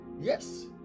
Yes